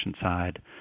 side